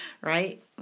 Right